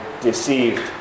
deceived